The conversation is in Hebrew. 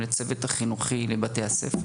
לצוות החינוכי לבתי הספר